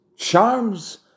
Charms